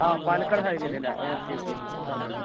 ആ പാലക്കാട് ഹൈവേൽ അല്ലേ ഓക്കെ ഓക്കെ ഓക്കെ പറഞ്ഞുകൊള്ളൂ സാർ